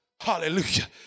Hallelujah